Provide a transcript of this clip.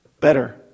better